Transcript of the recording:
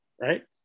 right